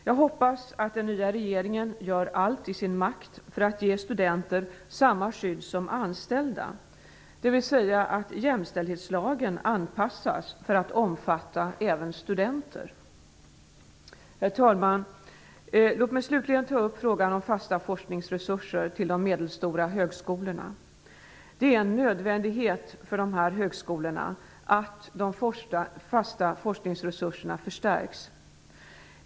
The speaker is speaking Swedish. Jag hoppas att den nya regeringen gör allt som står i dess makt för att ge studenter samma skydd som anställda har, dvs. att jämställdhetslagen anpassas för att omfatta även studenter. Herr talman! Låt mig slutligen ta upp frågan om fasta forskningsresurser till de medelstora högskolorna. Det är en nödvändighet för dessa högskolor att de fasta forskningsresurserna förstärks.